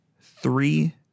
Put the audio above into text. three